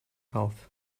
health